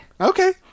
Okay